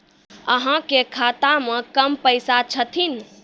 अहाँ के खाता मे कम पैसा छथिन?